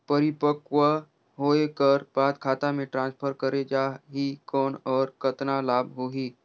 परिपक्व होय कर बाद खाता मे ट्रांसफर करे जा ही कौन और कतना लाभ होही?